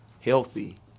healthy